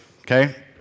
okay